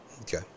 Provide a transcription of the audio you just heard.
Okay